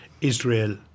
Israel